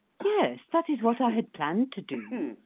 yes, that is what i had planned to do.